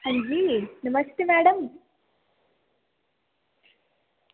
अंजी नमस्ते मैडम